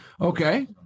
okay